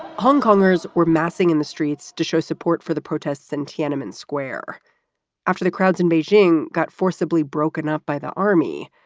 hong kong shares were massing in the streets to show support for the protests in tiananmen square after the crowds in beijing got forcibly broken up by the army.